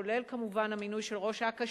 כולל כמובן המינוי של ראש אכ"א,